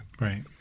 right